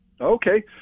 okay